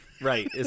Right